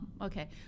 okay